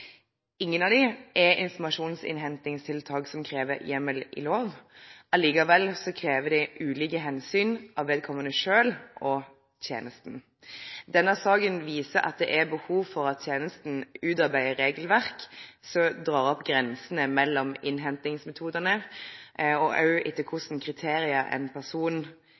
Ingen av dem er informasjonsinnhentingstiltak som krever hjemmel i lov, allikevel krever de at det tas ulike hensyn av vedkommende selv og tjenesten. Denne saken viser at det er behov for at tjenesten utarbeider regelverk som drar opp grensene mellom innhentingsmetodene, og som også sier noe om etter hvilke kriterier en person